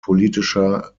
politischer